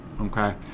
okay